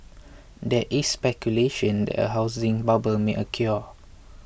there is speculation that a housing bubble may occur